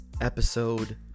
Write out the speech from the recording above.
episode